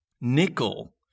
nickel